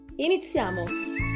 Iniziamo